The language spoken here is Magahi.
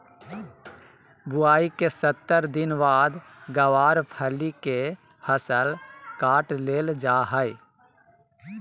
बुआई के सत्तर दिन बाद गँवार फली के फसल काट लेल जा हय